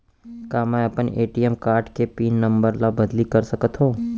का मैं अपन ए.टी.एम कारड के पिन नम्बर ल बदली कर सकथव?